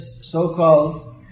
so-called